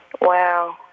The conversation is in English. wow